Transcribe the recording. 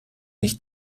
nicht